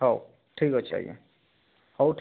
ହଉ ଠିକ୍ ଅଛି ଆଜ୍ଞା ହଉ ଠିକ୍